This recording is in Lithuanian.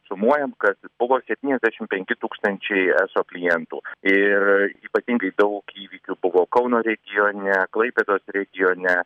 sumuojant kad buvo septyniasdešim penki tūkstančiai eso klientų ir ypatingai daug įvykių buvo kauno regione klaipėdos regione